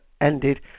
ended